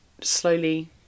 slowly